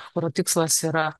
kurio tikslas yra